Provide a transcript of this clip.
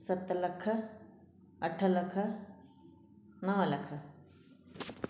सत लख अठ लख नव लख